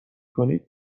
کنید